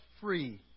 free